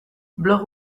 blog